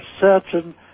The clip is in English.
certain